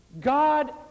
God